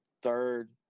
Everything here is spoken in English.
Third